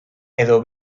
edo